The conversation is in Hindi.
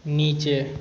नीचे